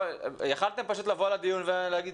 יכולתם להגיע לדיון ופשוט להגיד "טעות שלנו".